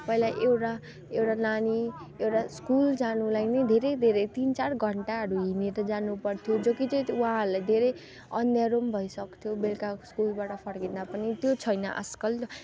पहिला एउटा एउटा नानी एउटा स्कुल जानुलाई नै धेरै धेरै तिन चार घन्टाहरू हिँडेर जानुपर्थ्यो जो कि चाहिँ उहाँहरूलाई धेरै अँध्यारो पनि भइसक्थ्यो बेलुका स्कुलबाट फर्किँदा पनि त्यो छैन आजकल